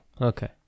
Okay